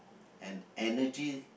and energy